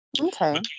Okay